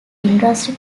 industry